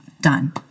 done